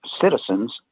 citizens